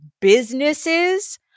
businesses